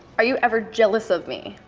are you ever jealous of me?